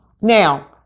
now